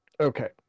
Okay